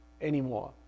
anymore